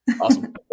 Awesome